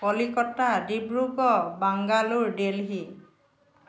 Kolkata Dibrugarh Bangalore Delhi